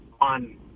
on